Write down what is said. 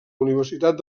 universitat